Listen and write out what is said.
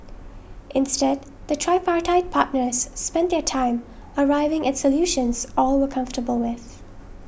instead the tripartite partners spent their time arriving at solutions all were comfortable with